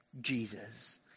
Jesus